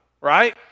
right